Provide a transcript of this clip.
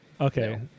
okay